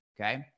okay